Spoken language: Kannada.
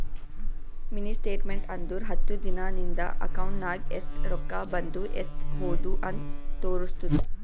ಮಿನಿ ಸ್ಟೇಟ್ಮೆಂಟ್ ಅಂದುರ್ ಹತ್ತು ದಿನಾ ನಿಂದ ಅಕೌಂಟ್ ನಾಗ್ ಎಸ್ಟ್ ರೊಕ್ಕಾ ಬಂದು ಎಸ್ಟ್ ಹೋದು ಅಂತ್ ತೋರುಸ್ತುದ್